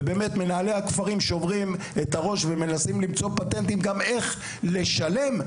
ובאמת מנהלי הכפרים שוברים את הראש ומנסים למצוא פטנטים גם איך לשלם,